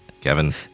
Kevin